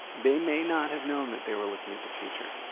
they may not have known that they were looking at the future